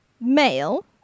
Male